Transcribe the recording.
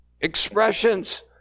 expressions